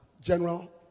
General